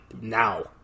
now